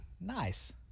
Nice